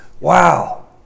Wow